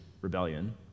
rebellion